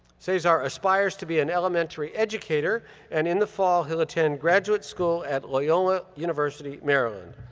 cesar aspires to be an elementary educator and in the fall, he'll attend graduate school at loyola university maryland.